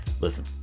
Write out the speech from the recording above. listen